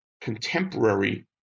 contemporary